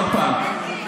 עוד פעם,